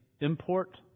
import